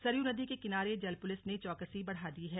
सरयू नदी किनारे जल पुलिस ने चौकसी बढ़ा दी है